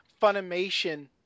Funimation